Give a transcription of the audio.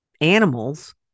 animals